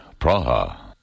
Praha